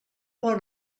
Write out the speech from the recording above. bon